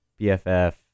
BFF